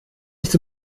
nicht